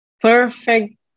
perfect